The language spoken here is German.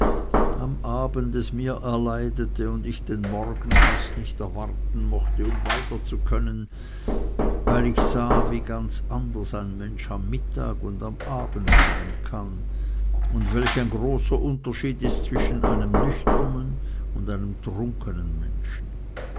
am abend es mir erleidete und ich den morgen fast nicht erwarten mochte um weiter zu können weil ich sah wie ganz anders ein mensch am mittag und am abend sein kann und welch großer unterschied ist zwischen einem nüchternen und einem trunkenen menschen